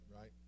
right